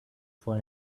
for